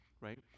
right